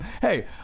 hey